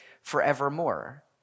forevermore